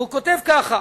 והוא כותב כך,